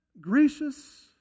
gracious